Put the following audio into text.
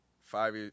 five